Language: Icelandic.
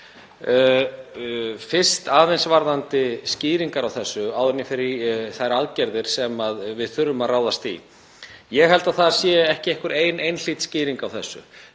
Fyrst varðandi skýringar á þessu áður en ég fer í þær aðgerðir sem við þurfum að ráðast í. Ég held að það sé ekki einhver ein einhlít skýring á þessu.